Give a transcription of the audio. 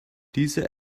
diese